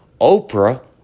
Oprah